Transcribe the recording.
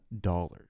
dollars